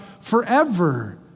forever